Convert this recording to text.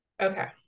okay